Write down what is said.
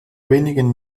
wenigen